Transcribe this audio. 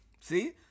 See